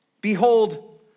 Behold